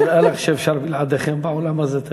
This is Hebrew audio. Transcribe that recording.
נראה לך שאפשר בלעדיכן בעולם הזה,